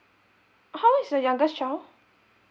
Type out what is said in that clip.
how old is your youngest child